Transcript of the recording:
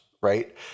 right